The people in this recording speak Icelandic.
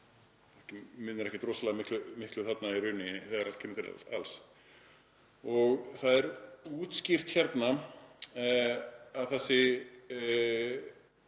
það munar ekkert rosalega miklu þarna í rauninni þegar allt kemur til alls. Það er útskýrt hérna að þessi